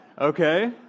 Okay